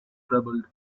troubled